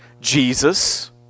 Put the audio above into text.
Jesus